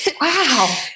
wow